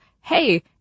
hey